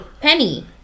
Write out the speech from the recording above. Penny